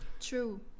true